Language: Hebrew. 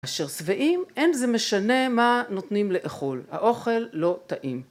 אשר שבעים אין זה משנה מה נותנים לאכול, האוכל לא טעים.